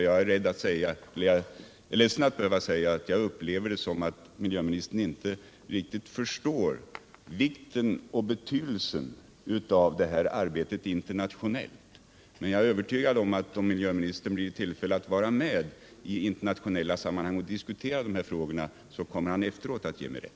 Jag är ledsen över att behöva säga det, men jag upplever det så att miljöministern inte riktigt förstår vikten och betydelsen av det internationella arbetet i denna fråga. Men jag är övertygad om, att om miljöministern får tillfälle att vara med och diskutera dessa frågor i internationella sammanhang, så kommer han efteråt att ge mig rätt.